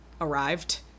arrived